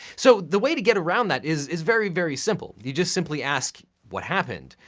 so, the way to get around that is is very, very simple. you just simply ask, what happened?